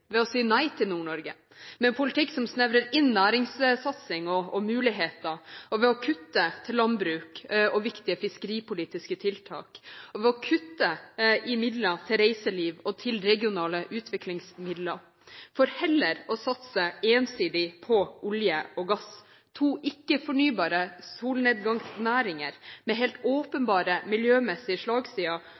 ved å si nei til Nord-Norge, med en politikk som snevrer inn næringssatsing og muligheter, ved å kutte i støtten til landbruket og viktige fiskeripolitiske tiltak og ved å kutte i midler til reiseliv og i regionale utviklingsmidler, for heller å satse ensidig på olje og gass – to ikke-fornybare solnedgangsnæringer med helt åpenbare miljømessige slagsider,